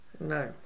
No